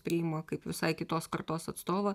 priima kaip visai kitos kartos atstovą